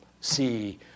see